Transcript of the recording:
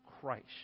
Christ